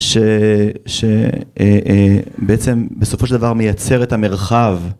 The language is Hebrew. שבעצם בסופו של דבר מייצר את המרחב